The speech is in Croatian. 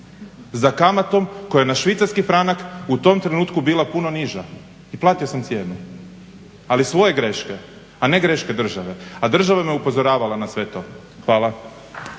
za kamatom koja je na Švicarski franak u tom trenutku bila puno niža i platio sam cijenu. Ali svoje greške, a ne greške države, a država me upozoravala na sve to. Hvala.